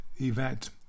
event